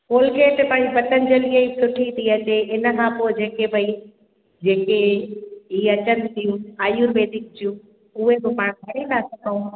Colgate भई पतंजलीअ ई सुठी थी अची इन खां पोइ जेके भई जेके इहे अचनि थियूं आयुर्वेदिक जूं उहे पोइ पाण करे था सघूं